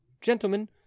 gentlemen